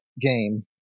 game